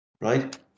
right